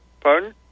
Pardon